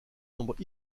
nombres